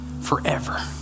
forever